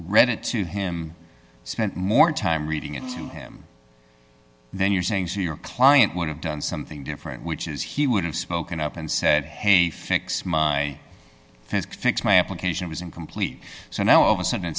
read it to him spent more time reading it to him then you're saying to your client would have done something different which is he would have spoken up and said hey fix my application was incomplete so now of a sudden